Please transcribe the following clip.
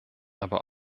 aber